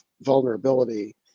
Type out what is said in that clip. vulnerability